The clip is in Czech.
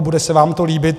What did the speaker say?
Bude se vám to líbit.